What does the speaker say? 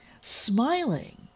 smiling